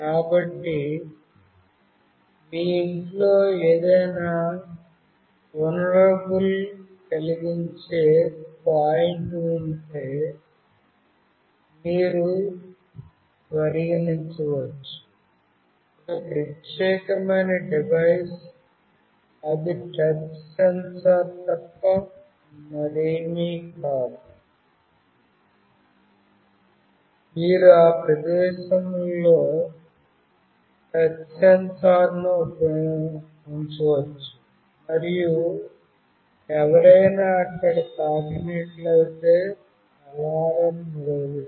కాబట్టి మీ ఇంట్లో ఏదైనా వుల్నేరబుల్కలిగించే పాయింట్ ఉంటే మీరు పరిగణించవచ్చు ఒక ప్రత్యేకమైన డివైస్ అది టచ్ సెన్సార్ తప్ప మరేమీ కాదు మీరు ఆ ప్రదేశాలలో టచ్ సెన్సార్ను ఉంచవచ్చు మరియు ఎవరైనా అక్కడ తాకినట్లయితే అలారం మ్రోగుతోంది